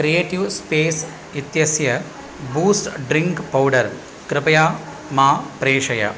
creative space इत्यस्य boost drink powder कृपया मा प्रेषय